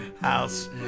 house